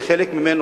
וחלק ממנו,